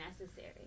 necessary